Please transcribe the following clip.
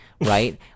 Right